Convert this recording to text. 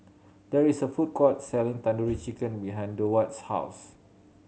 there is a food court selling Tandoori Chicken behind Durward's house